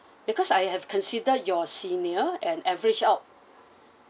because I have consider your senior and average out